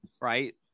right